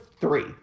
three